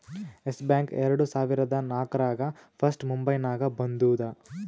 S Bank ಎರಡು ಸಾವಿರದಾ ನಾಕ್ರಾಗ್ ಫಸ್ಟ್ ಮುಂಬೈನಾಗ ಬಂದೂದ